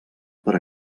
per